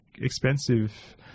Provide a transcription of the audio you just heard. expensive